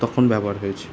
তখন ব্যবহার হয়েছে